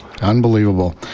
Unbelievable